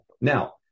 Now